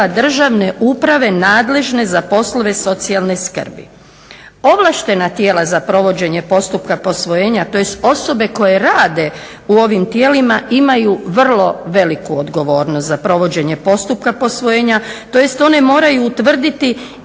državne uprave nadležne za poslove socijalne skrbi. Ovlaštena tijela za provođenje postupka posvojenja, tj. osobe koje rade u ovim tijelima imaju vrlo veliku odgovornost za provođenje postupka posvojenja tj. one moraju utvrditi